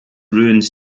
ruins